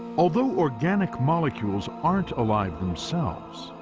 although organic molecules aren't alive themselves,